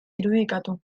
irudikatu